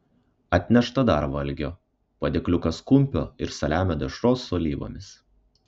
atnešta dar valgio padėkliukas kumpio ir saliamio dešros su alyvomis